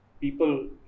people